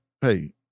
hey